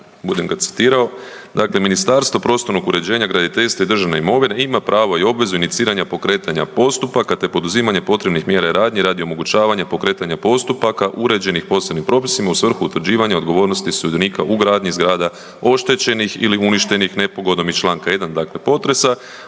budem ga citirao. Dakle, Ministarstvo prostornog uređenja, graditeljstva i državne imovine ima pravo i obvezu iniciranja pokretanja postupaka te poduzimanje potrebnih mjera i radnji radi omogućavanja pokretanja postupaka uređenih posebnim propisima u svrhu utvrđivanja odgovornosti sudionika u gradnji zgrada oštećenih ili uništenih nepogodom iz Članka 1. dakle potresa,